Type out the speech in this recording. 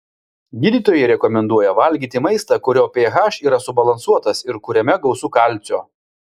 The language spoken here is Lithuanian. gydytojai rekomenduoja valgyti maistą kurio ph yra subalansuotas ir kuriame gausu kalcio